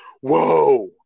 whoa